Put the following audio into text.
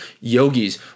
yogis